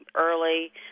early